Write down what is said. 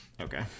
Okay